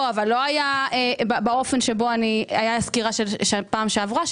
זה לא היה באופן של הסקירה של הפעם שעברה,